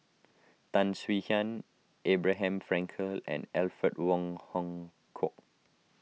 Tan Swie Hian Abraham Frankel and Alfred Wong Hong Kwok